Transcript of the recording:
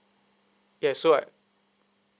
yes so I